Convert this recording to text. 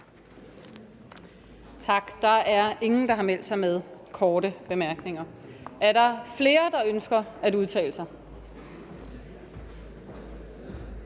Tak. Der er ingen, der har meldt sig med korte bemærkninger. Er der flere, der ønsker at udtale sig?